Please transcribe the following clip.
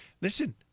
Listen